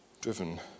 driven